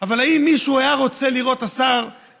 אבל האם מישהו היה רוצה לראות את חבר